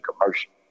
commercial